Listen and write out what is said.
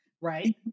right